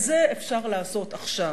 את זה אפשר לעשות עכשיו.